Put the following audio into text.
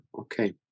okay